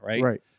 right